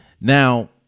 Now